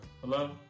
Hello